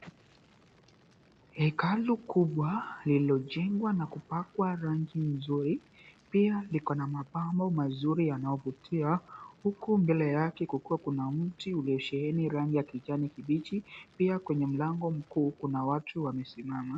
Hekalu kubwa lililojengwa na kupakwa rangi nzuri. Pia liko na mapambo mazuri yanayovutia, huku mbele yake kukiwa kuna mti uliosheheni rangi ya kijani kibichi. Pia kwenye mlango mkuu kuna watu wamesimama.